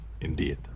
Indeed